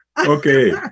Okay